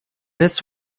this